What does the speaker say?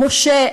משה,